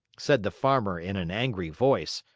said the farmer in an angry voice.